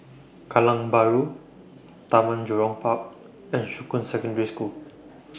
Kallang Bahru Taman Jurong Park and Shuqun Secondary School